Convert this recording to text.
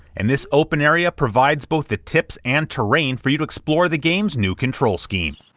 and this open area provides both the tips and terrain for you to explore the game's new control scheme,